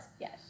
Yes